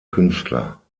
künstler